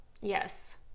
Yes